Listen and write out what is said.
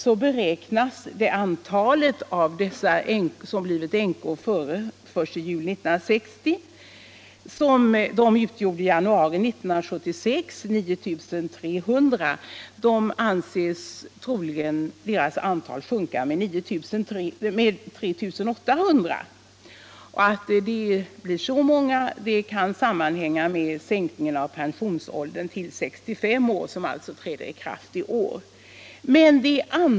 Det antal som blivit änkor före den 1 juli 1960 utgjorde 9 300 i januari 1976. Det anses troligt att det antalet sjunker med 3 800. Att det blir så många kan sammanhänga med sänkningen av pensionsåldern till 65 år, som alltså träder i kraft i år.